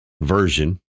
version